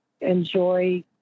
enjoy